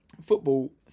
Football